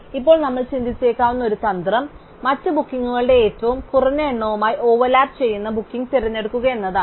അതിനാൽ ഇപ്പോൾ നമ്മൾ ചിന്തിച്ചേക്കാവുന്ന ഒരു തന്ത്രം മറ്റ് ബുക്കിംഗുകളുടെ ഏറ്റവും കുറഞ്ഞ എണ്ണവുമായി ഓവർലാപ്പ് ചെയ്യുന്ന ബുക്കിംഗ് തിരഞ്ഞെടുക്കുക എന്നതാണ്